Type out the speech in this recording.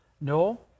No